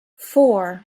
four